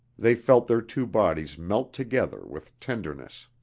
they felt their two bodies melt together with tenderness.